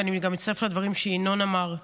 ואני גם מצטרפת לדברים שינון אמר,